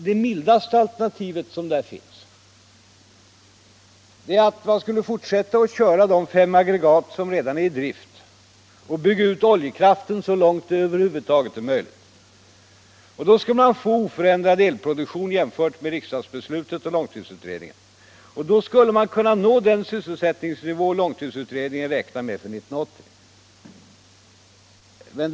Det mildaste alternativet är att man skulle fortsätta att köra de fem aggregat som redan är i drift och bygga ut oljekraften så långt det över huvud taget är möjligt. Då skulle man få en oförändrad elproduktion jämförd med riksdagsbeslutet och långtidsutredningen. Då skulle man kunna nå den sysselsättningsnivå som långtidsutredningen räknade med för 1980.